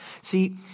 See